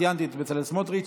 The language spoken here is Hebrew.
ציינתי את בצלאל סמוטריץ'.